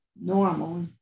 normal